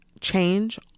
Change